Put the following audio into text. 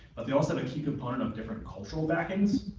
but they also have a key component of different cultural backings,